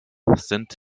sind